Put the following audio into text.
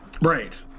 Right